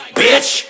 bitch